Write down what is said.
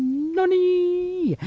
nonny.